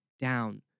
down